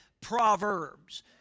proverbs